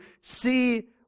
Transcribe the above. see